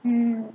mm